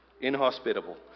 inhospitable